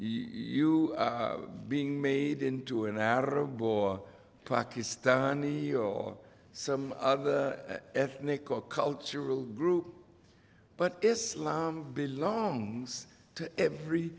you being made into an arab or pakistani or some other ethnic or cultural group but this belongs to every